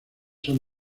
son